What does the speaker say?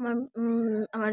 আমার আমার